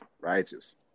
Righteous